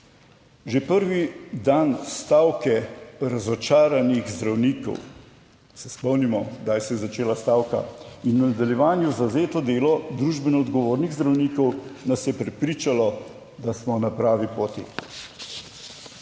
Že prvi dan stavke Razočaranih zdravnikov se spomnimo, kdaj se je začela stavka. In v nadaljevanju zavzeto delo družbeno odgovornih zdravnikov nas je prepričalo, da smo na pravi poti.